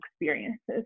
experiences